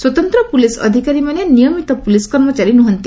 ସ୍ୱତନ୍ତ୍ର ପୁଲିସ୍ ଅଧିକାରୀମାନେ ନିୟମିତ ପୁଲିସ୍ କର୍ମଚାରୀ ନୁହନ୍ତି